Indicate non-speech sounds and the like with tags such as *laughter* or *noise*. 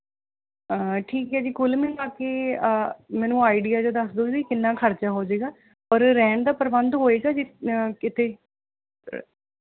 ਠੀਕ ਹੈ ਜੀ ਕੁੱਲ ਮਿਲਾ ਕੇ ਮੈਨੂੰ ਆਈਡੀਆ ਜਿਹਾ ਦੱਸਦੋ ਵੀ ਕਿੰਨਾ ਖਰਚਾ ਹੋਜੇਗਾ ਔਰ ਰਹਿਣ ਦਾ ਪ੍ਰਬੰਧ ਹੋਵੇਗਾ ਜੀ ਕੀਤੇ *unintelligible*